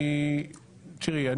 תראי,